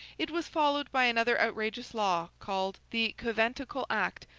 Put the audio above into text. it was followed by another outrageous law, called the conventicle act,